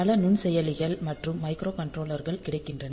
பல நுண்செயலிகள் மற்றும் மைக்ரோகண்ட்ரோலர்கள் கிடைக்கின்றன